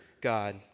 God